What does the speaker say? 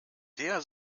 der